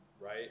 right